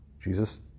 Jesus